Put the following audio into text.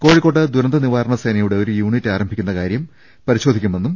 കോഴിക്കോട്ട് ദുരന്ത നിവാരണ സേനയുടെ ഒരു യൂണിറ്റ് ആരംഭിക്കുന് കാര്യം പരിശോധിക്കും